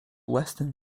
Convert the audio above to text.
western